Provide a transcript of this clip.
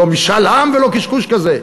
לא משאל עם ולא קשקוש כזה,